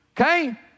okay